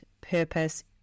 purpose